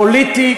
פוליטי,